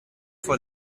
for